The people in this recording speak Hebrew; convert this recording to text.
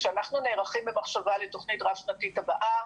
כשאנחנו נערכים במחשבה לתכנית הרב שנתית הבאה